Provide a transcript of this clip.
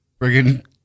Friggin